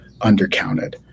undercounted